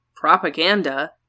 propaganda